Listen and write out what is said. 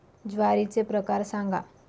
ज्वारीचे प्रकार सांगा